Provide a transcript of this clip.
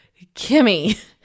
Kimmy